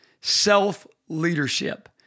self-leadership